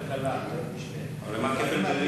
הנושא הזה הולך להיות נדון, ועדת כלכלה.